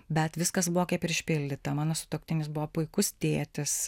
bet viskas buvo kaip ir išpildyta mano sutuoktinis buvo puikus tėtis